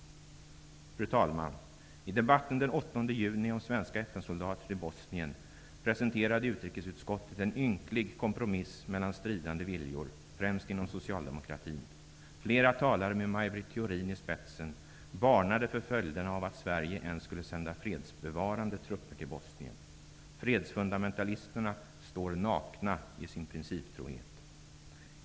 Fru talman! I debatten den 8 juni om svenska FN soldater till Bosnien presenterade utrikesutskottet en ynklig kompromiss mellan stridande viljor, främst inom socialdemokratin. Flera talare, med Maj Britt Theorin i spetsen, varnade för följderna av att Sverige ens skulle sända fredsbevarande trupper till Bosnien. Fredsfundamentalisterna står nakna i sin principtrohet.